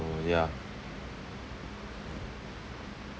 ~o ya